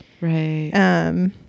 Right